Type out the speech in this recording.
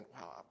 wow